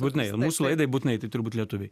būtinai mūsų laidai būtinai tai turi būt lietuviai